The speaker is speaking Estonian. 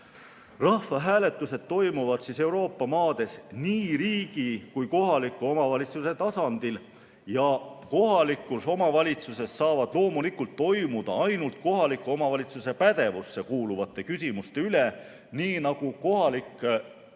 Rahvahääletused toimuvad Euroopa maades nii riigi kui ka kohaliku omavalitsuse tasandil. Kohalikus omavalitsuses saavad nad loomulikult toimuda ainult kohaliku omavalitsuse pädevusse kuuluvate küsimuste üle, nii nagu kohalik